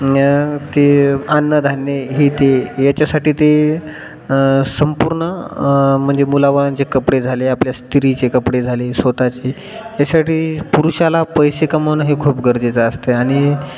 ते अन्न धान्य हे ते याच्यासाठी ते संपूर्ण म्हणजे मुलाबाळांचे कपडे झाले आपल्या स्त्रीचे कपडे झाले स्वताचे यासाठी पुरुषाला पैसेे कमवणन हे खूप गरजेचं असते आणि